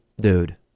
dude